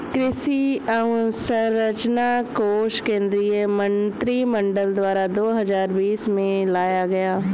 कृषि अंवसरचना कोश केंद्रीय मंत्रिमंडल द्वारा दो हजार बीस में लाया गया